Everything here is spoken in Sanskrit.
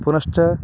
पुनश्च